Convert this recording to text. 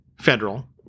federal